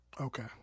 Okay